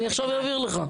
אני עכשיו אעביר לך.